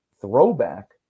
throwback